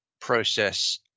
process